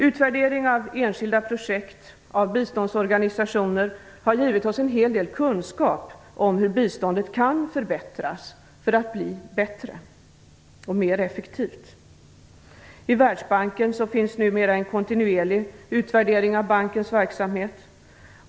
Utvärdering av enskilda projekt från biståndsorganisationer har givit oss en hel del kunskap om hur biståndet kan förbättras för att bli mer effektivt. I Världsbanken finns numera en kontinuerlig utvärdering av bankens verksamhet.